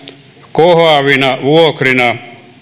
kohoavina vuokrina